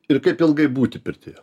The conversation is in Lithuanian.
ir kaip ilgai būti pirtyje